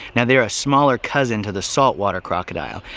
now they are a smaller cousin to the saltwater crocodile.